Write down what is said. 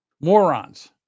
Morons